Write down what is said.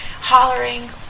hollering